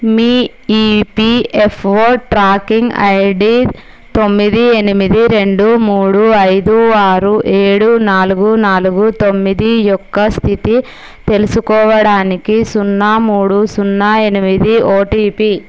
మీ EPFO tracking ID తొమ్మిది ఎనిమిది రెండు మూడు ఐదు ఆరు ఏడు నాలుగు నాలుగు తొమ్మిది యొక్క స్థితి తెలుసుకోవడానికి సున్నా మూడు సున్నా ఎనిమిది ఓటిపి